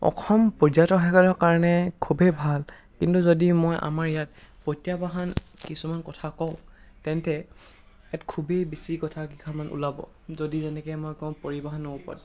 অসম পৰ্যটকসকলৰ কাৰণে খুবেই ভাল কিন্তু যদি মই আমাৰ ইয়াত প্ৰত্যাহ্বান কিছুমান কথা কওঁ তেন্তে ইয়াত খুবেই বেছি কথাকেইষাৰমান ওলাব যদি এনেকৈ মই কওঁ পৰিবহনৰ ওপৰত